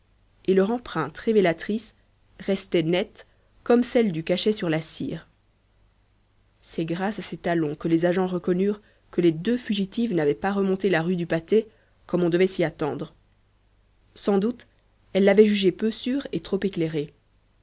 et leur empreinte révélatrice restait nette comme celle du cachet sur la cire c'est grâce à ces talons que les agents reconnurent que les deux fugitives n'avaient pas remonté la rue du patay comme on devait s'y attendre sans doute elles l'avaient jugée peu sûre et trop éclairée